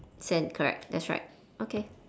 sand correct that's right okay